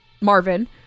marvin